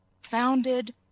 founded